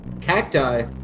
cacti